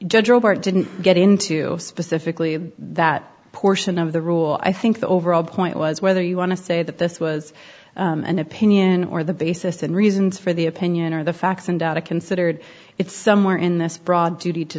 judge robert didn't get into specifically that portion of the rule i think the overall point was whether you want to say that this was an opinion or the basis and reasons for the opinion or the facts and data considered it's somewhere in this broad duty to